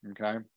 okay